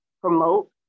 promote